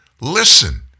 Listen